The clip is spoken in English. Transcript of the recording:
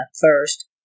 first